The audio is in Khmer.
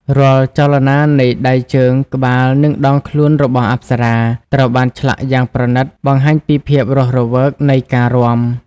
រាល់ចលនានៃដៃ ជើង ក្បាល និងដងខ្លួនរបស់អប្សរា ត្រូវបានឆ្លាក់យ៉ាងប្រណីត បង្ហាញពីភាពរស់រវើកនៃការរាំ។